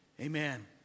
Amen